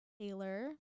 Taylor